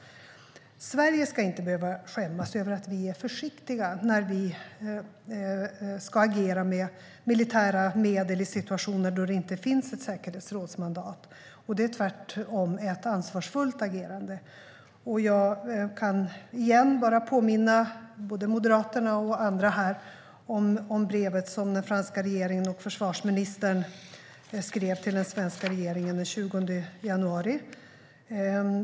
Sverige ska inte behöva skämmas över att vi är försiktiga när vi ska agera med militära medel i situationer då det inte finns något säkerhetsrådsmandat. Det är tvärtom ett ansvarsfullt agerande. Jag kan återigen bara påminna både Moderaterna och andra här om det brev som den franska regeringen och försvarsministern skrev till den svenska regeringen den 20 januari.